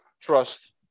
trust